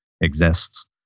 exists